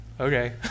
okay